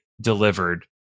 delivered